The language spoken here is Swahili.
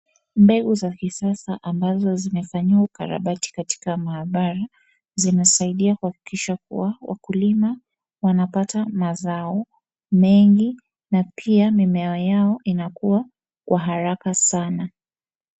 Mbegu za kisasa ambazo zimefanyiwa ukarabati katika mahabara, zinasaidia kuhakikisha kuwa wakulima wanapata mazao mengi na pia mimea yao inakuwa kwa haraka sana.